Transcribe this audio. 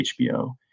HBO